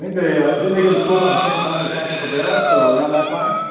they ah didn't they go to school about the same time as dr. cabrera, so around that time.